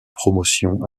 promotion